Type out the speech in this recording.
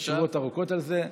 יש תשובות ארוכות על זה.